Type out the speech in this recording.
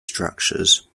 structures